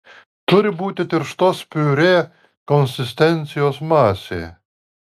turi būti tirštos piurė konsistencijos masė